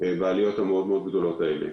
בעליות הגדולות האלה.